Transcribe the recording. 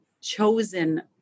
chosen